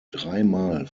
dreimal